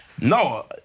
No